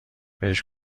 بهش